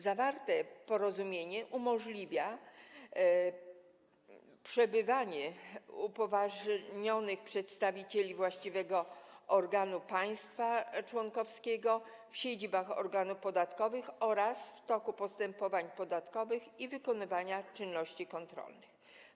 Zawarte porozumienie umożliwia przebywanie upoważnionych przedstawicieli właściwego organu państwa członkowskiego w siedzibach organów podatkowych, także w toku postępowań podatkowych i wykonywania czynności kontrolnych.